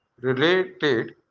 related